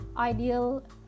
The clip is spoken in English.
Ideal